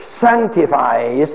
sanctifies